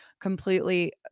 completely